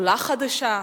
עולה חדשה.